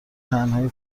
تنهایی